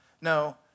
no